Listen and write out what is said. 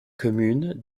communes